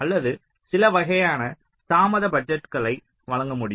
அல்லது சில வகையான தாமத பட்ஜெட்களை வழங்க முடியும்